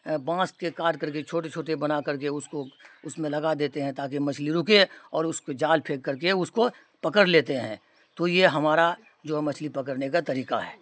بانس کے کاٹ کر کے چھوٹے چھوٹے بنا کر کے اس کو اس میں لگا دیتے ہیں تاکہ مچھلی رکے اور اس کو جال پھینک کر کے اس کو پکڑ لیتے ہیں تو یہ ہمارا جو ہے مچھلی پکڑنے کا طریقہ ہے